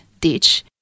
ditch